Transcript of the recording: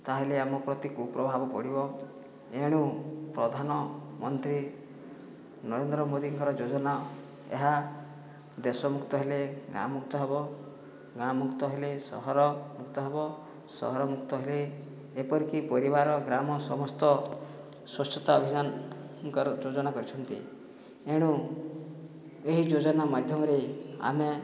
ତାହାଲେ ଆମ ପ୍ରତି କୁପ୍ରଭାବ ପଡ଼ିବ ଏଣୁ ପ୍ରଧାନମନ୍ତ୍ରୀ ନରେନ୍ଦ୍ର ମୋଦିଙ୍କର ଯୋଜନା ଏହା ଦେଶ ମୁକ୍ତ ହେଲେ ଗାଁ ମୁକ୍ତ ହେବ ଗାଁ ମୁକ୍ତ ହେଲେ ସହର ମୁକ୍ତ ହେବ ସହର ମୁକ୍ତ ହେଲେ ଏପରିକି ପରିବାର ଗ୍ରାମ ସମସ୍ତ ସ୍ୱଚ୍ଛତା ଅଭିଯାନଙ୍କର ଯୋଜନା କରିଛନ୍ତି ଏଣୁ ଏହି ଯୋଜନା ମାଧ୍ୟମରେ ଆମେ